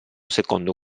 secondo